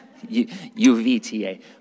UVTA